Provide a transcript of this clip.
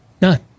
None